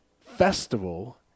festival